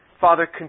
Father